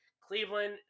Cleveland